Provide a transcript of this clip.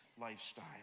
lifestyle